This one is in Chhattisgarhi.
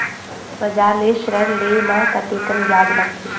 बजार ले ऋण ले म कतेकन ब्याज लगथे?